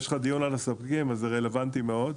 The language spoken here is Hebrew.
יש לך דיון על הספקים אז זה רלוונטי מאוד.